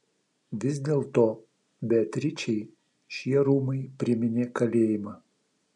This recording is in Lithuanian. vis dėlto beatričei šie rūmai priminė kalėjimą